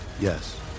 Yes